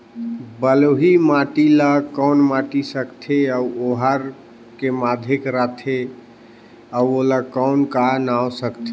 बलुही माटी ला कौन माटी सकथे अउ ओहार के माधेक राथे अउ ओला कौन का नाव सकथे?